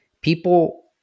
people